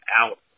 out